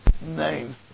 Name